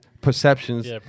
perceptions